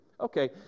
Okay